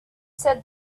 said